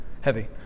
heavy